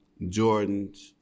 Jordans